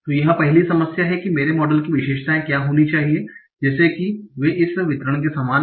तो यह पहली समस्या है कि मेरे मॉडल की विशेषताएं क्या होनी चाहिए जैसे कि वे इस वितरण के समान हैं